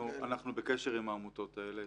אנחנו בקשר עם העמותות האלה.